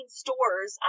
stores